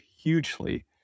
hugely